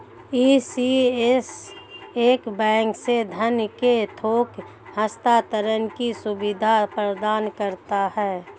ECS एक bank से धन के थोक हस्तांतरण की सुविधा प्रदान करता है